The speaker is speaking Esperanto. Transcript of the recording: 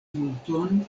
multon